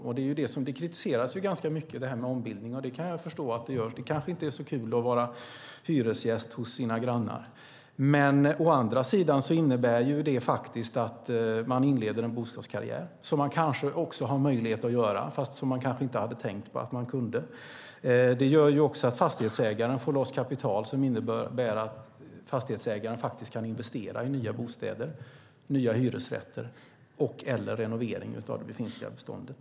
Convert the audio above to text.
Ombildning kritiseras mycket. Det kan jag förstå. Det är kanske inte så kul att vara hyresgäst hos sina grannar. Å andra sidan innebär det att man inleder en bostadskarriär, som man kanske har möjlighet att göra men inte tänkt på att man kunde. Det gör också att fastighetsägaren får loss kapital, som innebär att fastighetsägaren kan investera i nya bostäder, nya hyresrätter eller renovering av det befintliga beståndet.